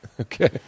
Okay